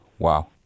Wow